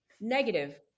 negative